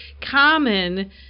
common